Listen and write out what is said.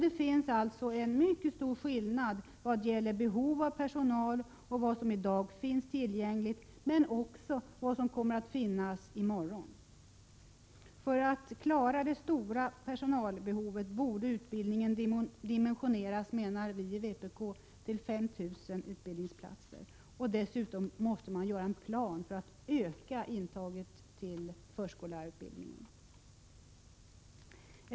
Skillnaden är alltså mycket stor mellan behovet av personal och personaltillgången i dag — och i framtiden. För att kunna täcka det stora personalbehovet borde utbildningen dimensioneras, menar vi i vpk, till 5 000 utbildningsplatser. Dessutom måste man göra upp en plan för ett utökat intag till förskollärarutbildningen.